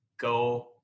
go